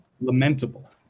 lamentable